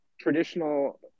traditional